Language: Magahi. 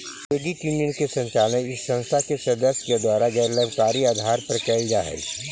क्रेडिट यूनियन के संचालन इस संस्था के सदस्य के द्वारा गैर लाभकारी आधार पर कैल जा हइ